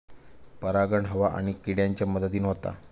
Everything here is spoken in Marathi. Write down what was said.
परागण हवा आणि किड्यांच्या मदतीन होता